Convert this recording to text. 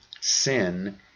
sin